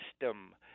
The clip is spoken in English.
system